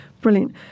brilliant